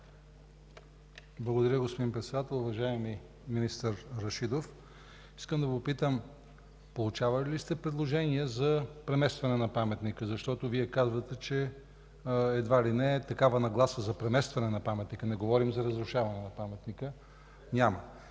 Благодаря, господин Председател. Уважаеми министър Рашидов, искам да попитам: получавали ли сте предложения за преместване на паметника, защото Вие казвате, че едва ли не такава нагласа за преместване на паметника, не говорим за разрушаването му, няма?